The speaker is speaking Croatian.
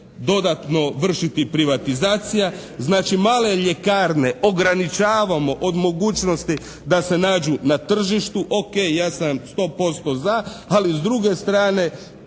dodatno vršiti privatizacija. Znači male ljekarne ograničavamo od mogućnosti da se nađu na tržištu. Ok, ja sam 100% za to, ali s druge strane